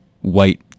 white